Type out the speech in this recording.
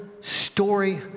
story